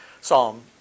Psalm